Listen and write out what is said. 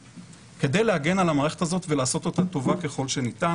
כדי להגן על המערכת הזאת ולעשות אותה טובה ככל שניתן.